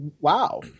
wow